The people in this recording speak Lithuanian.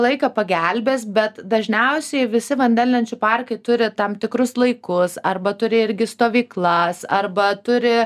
laiką pagelbės bet dažniausiai visi vandenlenčių parkai turi tam tikrus laikus arba turi irgi stovyklas arba turi